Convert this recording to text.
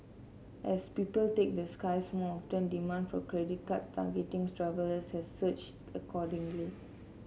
as people take the skies more often demand for credit cards targeting travellers has surged accordingly